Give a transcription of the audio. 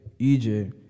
EJ